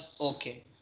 okay